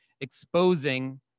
exposing